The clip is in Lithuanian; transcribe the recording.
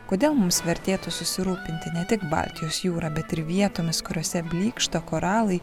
kodėl mums vertėtų susirūpinti ne tik baltijos jūra bet ir vietomis kuriose blykšta koralai